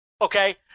okay